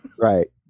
Right